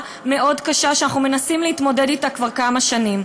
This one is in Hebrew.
מאוד קשה שאנחנו מנסים להתמודד אתה כבר כמה שנים.